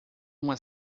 uma